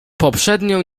poprzednio